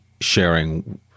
sharing